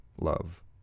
love